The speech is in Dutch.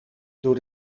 door